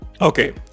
Okay